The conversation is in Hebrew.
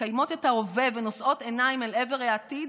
מקיימות את ההווה ונושאות עיניים אל עבר העתיד,